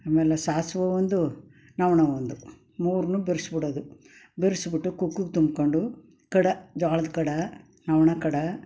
ಆಮೇಲೆ ಸಾಸಿವೆ ಒಂದು ನೊಣ ಒಂದು ಮೂರನ್ನು ಬೆರೆಸ್ಬಿಡೋದು ಬೆರೆಸ್ಬಿಟ್ಟು ಕುಕ್ಕುಗೆ ತುಂಬಿಕೊಂಡು ಕಡೆ ಜೋಳದ ಕಡ ಅವನ ಕಡೆ